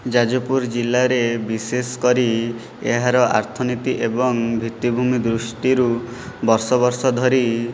ଯାଜପୁର ଜିଲ୍ଲାରେ ବିଶେଷ କରି ଏହାର ଆର୍ଥନୀତି ଏବଂ ଭିତ୍ତିଭୂମି ଦୃଷ୍ଟିରୁ ବର୍ଷ ବର୍ଷ ଧରି